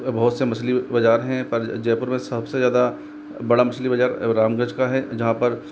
बहुत से मछली बज़ार हैं पर जयपुर में सबसे ज़्यादा बड़ा मछली का बज़ार रामगंज का है जहाँ पर